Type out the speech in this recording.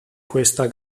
questa